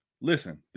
listen